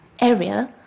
area